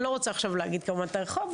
אני לא רוצה עכשיו להגיד כמובן את הרחוב,